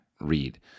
read